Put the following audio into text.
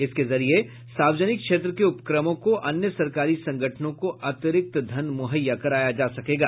इसके जरिये सार्वजनिक क्षेत्र के उपक्रमों और अन्य सरकारी संगठनों को अतिरिक्त धन मुहैया कराया जा सकेगा